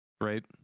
Right